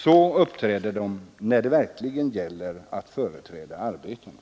Så uppträder centern när det verkligen gäller att företräda arbetarna.